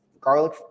Garlic